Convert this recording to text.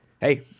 hey